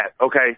okay